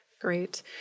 great